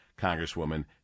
Congresswoman